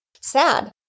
Sad